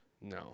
No